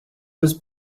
was